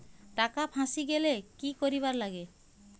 টাকা ফাঁসি গেলে কি করিবার লাগে?